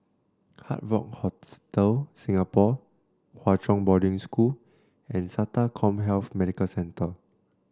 Hard Rock Hostel Singapore Hwa Chong Boarding School and SATA CommHealth Medical Centre